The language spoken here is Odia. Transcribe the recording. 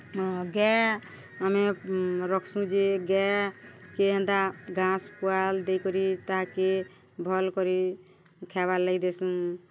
ହଁ ଗାଏ ଆମେ ରଖ୍ସୁଁ ଯେ ଗାଏକେ ଏନ୍ତା ଘାସ୍ ପୁଆଲ୍ ଦେଇକରି ତାହାକେ ଭଲ୍ କରି ଖାଏବାର୍ ଲାଗି ଦେସୁଁ